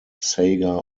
saga